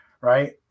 right